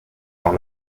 dans